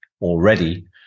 already